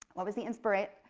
what was the inspiration?